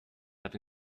have